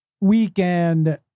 weekend